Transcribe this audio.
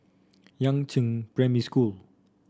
Yangzheng Primary School